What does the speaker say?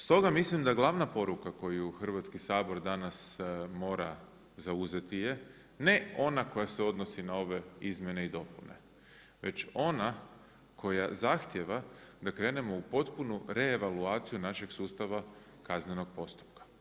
Stoga mislim da glavna poruka koju Hrvatski sabor danas mora zauzeti je ne ona koja se odnosi na ove izmjene i dopune već ona koja zahtijeva da krenemo u potpuno reavulaciju našeg sustava kaznenog postupka.